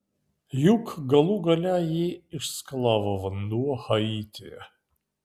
juk galų gale jį išskalavo vanduo haityje